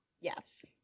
Yes